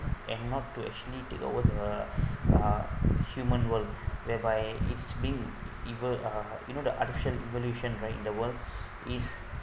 and not to actually take over the uh human world whereby it's being evo~ uh you know the artificial evolution right in the world is